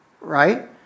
right